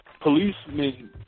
policemen